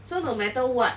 so no matter what